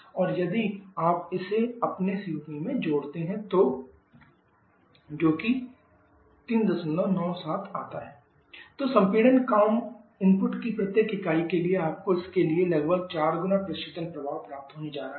और यदि आप इसे अपने COP से जोड़ते हैं जो है COPQEWC397 तो संपीड़न काम इनपुट की प्रत्येक इकाई के लिए आपको इसके लिए लगभग 4 गुना प्रशीतन प्रभाव प्राप्त होने जा रहा है